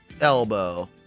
elbow